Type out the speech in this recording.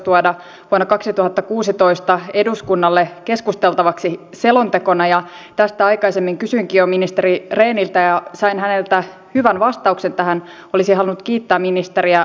on erittäin huolestuttavaa että hallitus on jälleen ottamassa agendalleen lakihankkeen joka on suomen kansainvälisten sitoumusten ja perustuslain näkökulmasta hyvin kyseenalainen